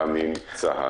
גם עם צה"ל,